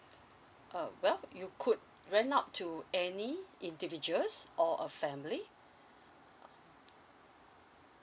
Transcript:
uh well you could rent out to any individuals or a family